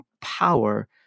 power